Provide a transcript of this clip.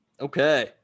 Okay